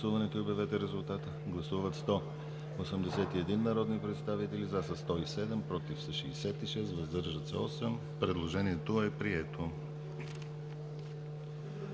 Предложението е прието.